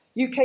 UK